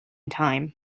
time